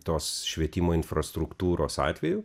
tos švietimo infrastruktūros atveju